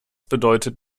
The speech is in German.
bedeutet